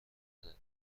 نداره